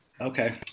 Okay